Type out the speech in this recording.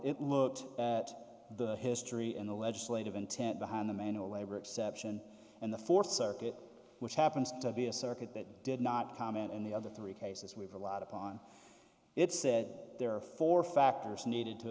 it looked at the history in the legislative intent behind the manual labor exception and the fourth circuit which happens to be a circuit that did not comment in the other three cases we've relied upon it said there are four factors needed to